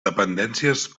dependències